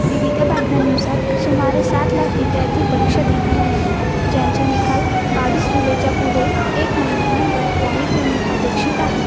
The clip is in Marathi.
विविध बातम्यांनुसार सुमारे सात लाख विद्यार्ती परीक्षा देणार आहेत ज्यांचे निकाल बावीस जुलैच्या पुढे एक महिन्यानंतर जाहीर होणे अपेक्षित आहे